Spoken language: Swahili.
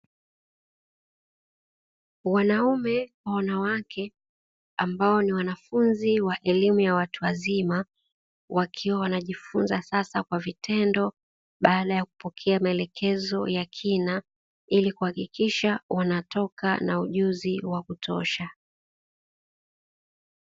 Wanaume kwa wanawake ambao ni wanafunzi wa elimu ya watu wazima, wakiwa wanajifunza sasa kwa vitendo baada ya kupokea maelekezo ya kina ili kuhakikisha wanatoka na ujuzi wa kutosha.